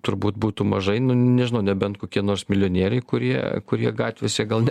turbūt būtų mažai nu nežinau nebent kokie nors milijonieriai kurie kurie gatvėse gal ne